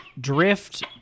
drift